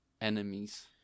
Enemies